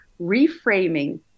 reframing